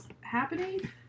happening